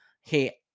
hey